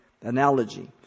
analogy